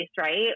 right